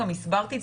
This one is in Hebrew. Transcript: גם הסברתי,